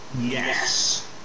Yes